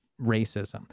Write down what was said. racism